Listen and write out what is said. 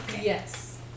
Yes